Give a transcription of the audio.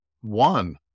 one